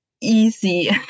easy